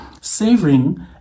Savoring